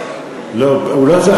הוא לא צריך.